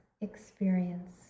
experience